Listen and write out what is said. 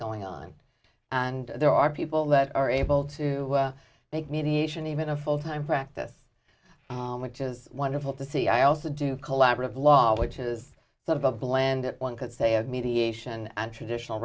going on and there are people that are able to make mediation even a full time practice which is wonderful to see i also do collaborative law which is sort of a blend that one could say of mediation and traditional